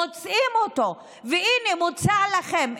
מוצאים אותו, והינה מוצע לכם.